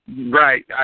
Right